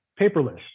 paperless